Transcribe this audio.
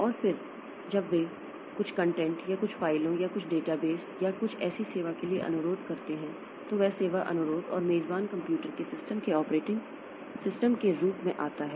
और फिर वे जब कुछ कंटेंट या कुछ फ़ाइलों या कुछ डेटाबेस या कुछ ऐसी सेवा के लिए अनुरोध करते हैं तो वह सेवा अनुरोध और मेजबान कंप्यूटर के सिस्टम के ऑपरेटिंग सिस्टम के रूप में आता है